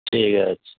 ঠিক আছে